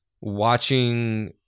watching